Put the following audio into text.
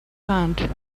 hand